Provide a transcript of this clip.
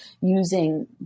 using